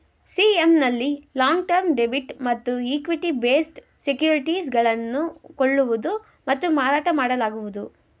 CM ನಲ್ಲಿ long term debit ಮತ್ತು equity based securities ಗಳನ್ನು ಕೊಳ್ಳುವುದು ಮತ್ತು ಮಾರಾಟ ಮಾಡಲಾಗುವುದು